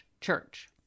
church